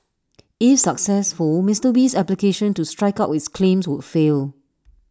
if successful Mister Wee's application to strike out with claims would fail